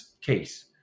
case